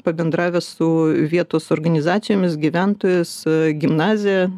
pabendravę su vietos organizacijomis gyventojais gimnazija